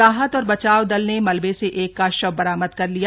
राहत और बचाव दल ने मलबे से एक का शव बरामद कर लिया